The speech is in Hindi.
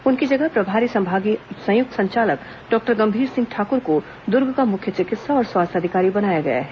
उनकी जगह प्रभारी संभागीय संयुक्त संचालक डॉक्टर गंभीर सिंह ठाकुर को दुर्ग का मुख्य चिकित्सा और स्वास्थ्य अधिकारी बनाया गया है